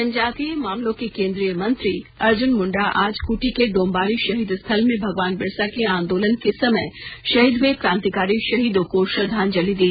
जनजातीय मामलों के केंद्रीय मंत्री अर्जुन मुंडा आज खूंडी के डोम्बारी शहीद स्थल में भगवान बिरसा के आंदोलन के समय शहीद हुए क्रांतिकारी शहीदों को श्रद्वाजलि दी